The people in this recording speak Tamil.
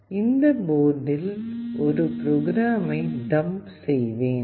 நான் இந்த போர்டில் ஒரு ப்ரோக்ராமை டம்ப் செய்வேன்